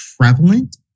prevalent